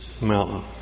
mountain